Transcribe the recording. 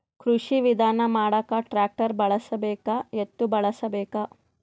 ಕೃಷಿ ವಿಧಾನ ಮಾಡಾಕ ಟ್ಟ್ರ್ಯಾಕ್ಟರ್ ಬಳಸಬೇಕ, ಎತ್ತು ಬಳಸಬೇಕ?